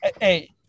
Hey